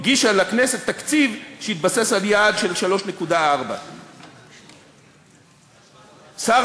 הגישה לכנסת תקציב שהתבסס על יעד של 3.4%. שר